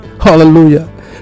Hallelujah